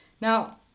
Now